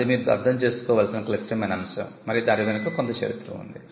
ఇది మీరు అర్థం చేసుకోవలసిన క్లిష్టమైన అంశం మరియు దాని వెనుక కొంత చరిత్ర ఉంది